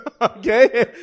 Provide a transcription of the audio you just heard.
Okay